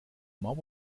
mauer